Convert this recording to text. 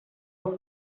are